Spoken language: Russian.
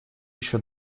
еще